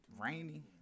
rainy